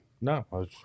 No